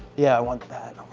yeah, i want that,